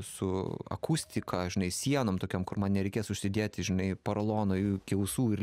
su akustika žinai sienom tokiom kur man nereikės užsidėti žinai porolono iki ausų ir